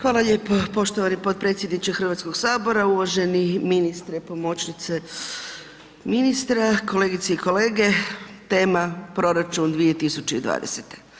Hvala lijepo poštovani potpredsjedniče Hrvatskog sabora, uvaženi ministre, pomoćnice ministra, kolegice i kolege, tema proračun 2020.